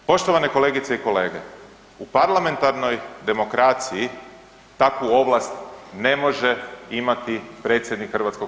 Poštovane kolegice i kolege, u parlamentarnoj demokraciji takvu ovlast ne može imati predsjednik HS.